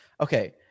Okay